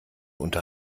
unter